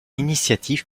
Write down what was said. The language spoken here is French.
initiative